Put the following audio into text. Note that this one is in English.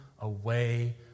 away